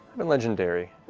and legendary.